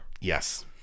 yes